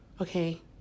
okay